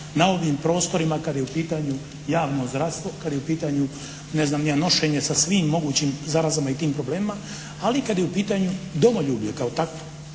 na ovim prostorima kada je u pitanju javno zdravstvo, kad je u pitanju ne znam ni ja nošenje sa svim mogućim zarazama i tim problemima, ali kad je u pitanju domoljublje kao takvo.